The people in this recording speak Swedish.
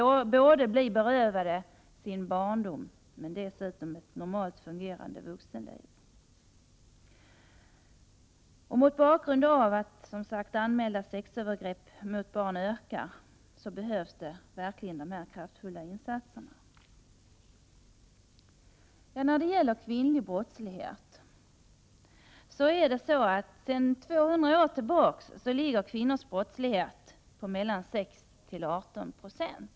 1988/89:103 bli berövade både sin barndom och ett normalt fungerande vuxenliv. Mot 25 april 1989 bakgrund av att antalet anmälda sexövergrepp mot barn ökar behövs verkligen dessa kraftfulla insatser. Kvinnors brottslighet ligger sedan 200 år tillbaka på mellan 6 och 18 96.